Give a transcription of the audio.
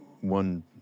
one